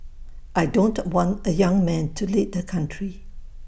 I don't want A young man to lead the country